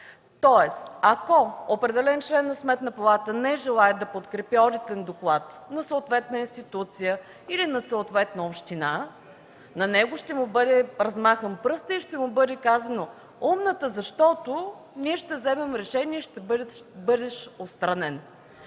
дадена. Ако определен член на Сметната палата не желае да подкрепи одитен доклад на съответна институция или на съответна община, на него ще му бъде размахан пръста и ще му бъде казано – умната, защото ние ще вземем решение и ще бъдеш отстранен.